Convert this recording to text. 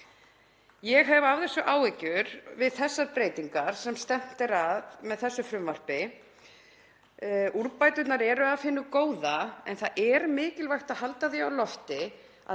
Ég hef af þessu áhyggjur við þessar breytingar sem stefnt er að með frumvarpinu. Úrbæturnar eru af hinu góða en það er mikilvægt að halda því á lofti að